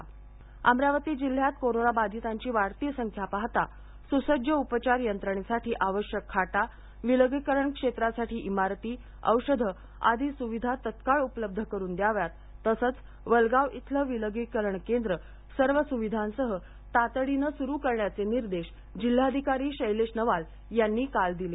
अमरावती अमरावती जिल्ह्यात कोरोनाबाधितांची वाढती संख्या पाहता सुसज्ज उपचार यंत्रणेसाठी आवश्यक खाटा विलगीकरण क्षेत्रासाठी इमारती औषधे आदी सुविधा तत्काळ उपलब्ध करून द्याव्यात तसंच वलगाव इथलं विलगीकरण केंद्र सर्व सुविधांसह तातडीने सुरू करण्याचे निर्देश जिल्हाधिकारी शैलेश नवाल यांनी काल दिले